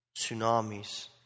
Tsunamis